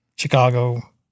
Chicago